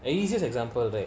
the easiest example right